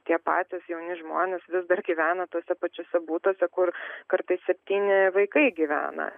tie patys jauni žmonės vis dar gyvena tuose pačiuose butuose kur kartais septyni vaikai gyvena